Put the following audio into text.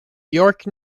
york